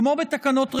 כמו בתקנות רגילות,